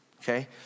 Okay